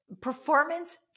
performance